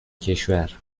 کشور